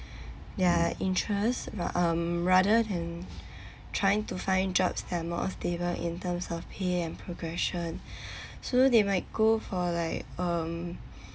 their interest um rather than trying to find jobs that are more stable in terms of pay and progression so they might go for like um